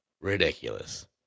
ridiculous